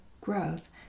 growth